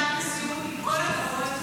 עם כל הכבוד.